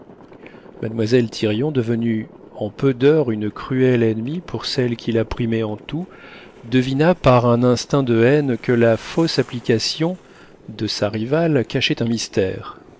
mademoiselle thirion devenue en peu d'heures une cruelle ennemie pour celle qui la primait en tout devina par un instinct de haine que la fausse application de sa rivale cachait un mystère